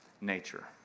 nature